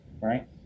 right